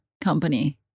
company